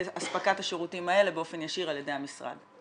לאספקת השירותים האלה באופן ישיר על ידי המשרד?